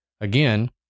Again